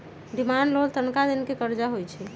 demand loan तनका दिन के करजा होइ छइ